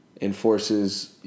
enforces